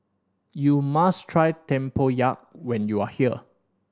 you must try tempoyak when you are here